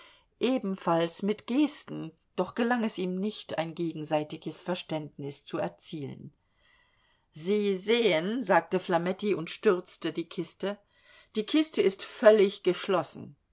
ebenfalls mit gesten doch gelang es ihm nicht ein gegenseitiges verständnis zu erzielen sie sehen sagte flametti und stürzte die kiste die kiste ist völlig geschlossen